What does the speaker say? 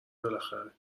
بالاخره